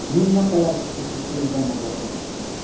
निम्नका लागि सूची सिर्जना गर्नुहोस्